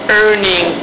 earning